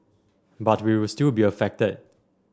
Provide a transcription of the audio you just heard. but we will still be affected